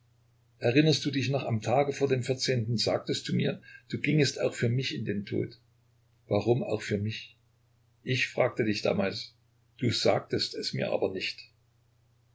erinnerst du dich noch am tage vor dem vierzehnten sagtest du mir du gingest auch für mich in den tod warum auch für mich ich fragte dich damals du sagtest es mir aber nicht